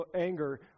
anger